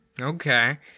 okay